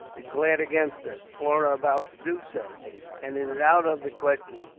declared against us, or are about to do so and it is out of the question,